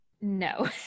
No